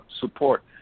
support